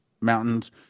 mountains